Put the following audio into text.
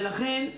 לכן,